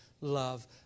love